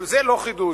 גם זה לא חידוש,